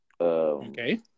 Okay